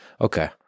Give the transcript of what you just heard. okay